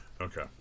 Okay